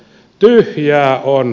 tyhjää on